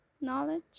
knowledge